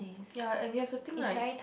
ya and there's a thing like